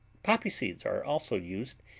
poppy seeds are also used,